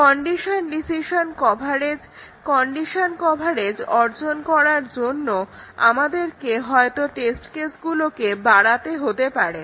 condition decision কভারেজে condition coverage অর্জন করার জন্য আমাদেরকে হয়তো টেস্ট কেসগুলোকে বাড়াতে হতে পারে